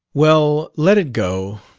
well, let it go.